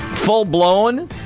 full-blown